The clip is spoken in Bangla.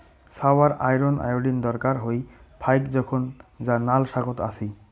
ছাওয়ার আয়রন, আয়োডিন দরকার হয় ফাইক জোখন যা নাল শাকত আছি